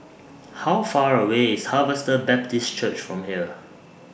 How Far away IS Harvester Baptist Church from here